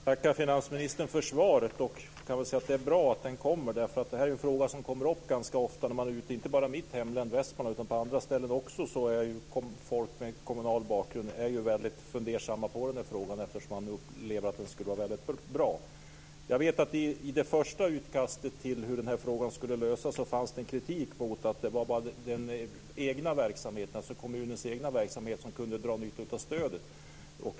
Fru talman! Jag tackar finansministern för svaret. Det är bra att den propositionen kommer eftersom det här är en fråga som kommer upp ganska ofta när man är ute. Inte bara i mitt hemlän Västmanland utan också på andra ställen är människor med kommunal bakgrund väldigt fundersamma vad gäller den här frågan. Man upplever att det här skulle vara väldigt bra. Jag vet att det i det första utkastet till hur frågan skulle lösas fanns en kritik mot att det bara var den egna verksamheten, alltså kommunens egen verksamhet, som kunde dra nytta av stödet.